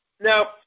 Now